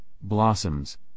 blossoms